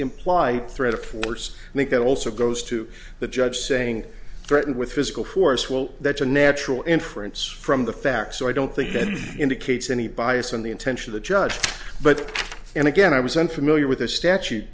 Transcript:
imply threat of force make it also goes to the judge saying threatened with physical force will that a natural inference from the facts so i don't think that indicates any bias on the intention of the judge but and again i was unfamiliar with the statute